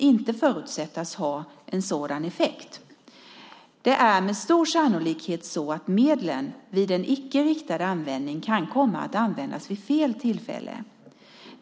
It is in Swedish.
inte förutsättas ha en sådan effekt. Det är med stor sannolikhet så att medlen, vid en icke riktad användning, kan komma att användas vid fel tillfälle.